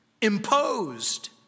imposed